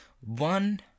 One